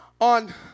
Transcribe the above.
On